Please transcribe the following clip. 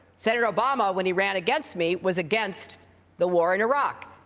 senator obama, when he ran against me, was against the war in iraq.